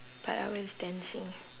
but I was dancing